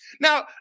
Now